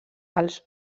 als